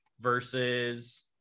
versus